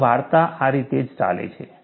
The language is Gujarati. તો વાર્તા આ રીતે જ ચાલે છે